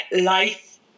life